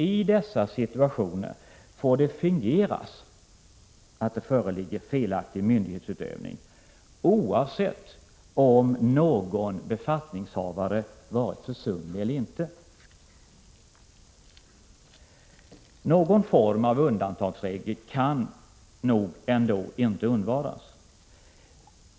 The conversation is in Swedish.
I dessa situationer får det fingeras att det föreligger felaktig myndighetsutövning, oavsett om någon befattningshavare varit försumlig eller ej. Någon form av undantagsregel kan nog inte undvaras.